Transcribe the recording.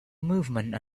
movement